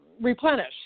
replenish